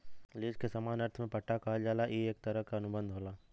lease के सामान्य अर्थ में पट्टा कहल जाला ई एक तरह क अनुबंध होला